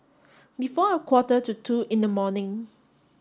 before a quarter to two in the morning